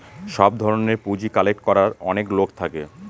সব ধরনের পুঁজি কালেক্ট করার অনেক লোক থাকে